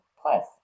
Plus